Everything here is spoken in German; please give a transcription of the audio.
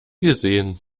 gesehen